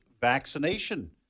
vaccination